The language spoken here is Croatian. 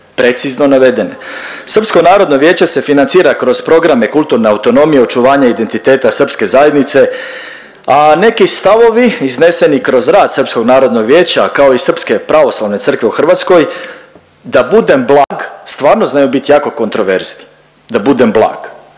precizno navedene, precizno navedene, SNV se financira kroz programe kulturne autonomije, očuvanja identiteta srpske zajednice, a neki stavovi izneseni kroz rad SNV-a kao i Srpske pravoslavne Crkve u Hrvatskoj, da budem blag, stvarno znaju bit jako kontroverzne. Npr.